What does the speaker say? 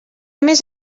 més